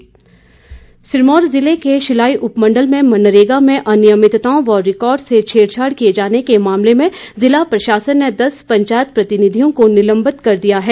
निलंबित सिरमौर जिला के शिलाई उपमंडल में मनरेगा में अनियमितताओं व रिकॉर्ड से छेड़छाड़ किए जाने के मामले में जिला प्रशासन ने दस पंचायत प्रतिनिधियों को निलंबित कर दिया है